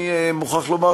אני מוכרח לומר,